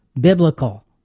biblical